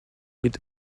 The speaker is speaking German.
mit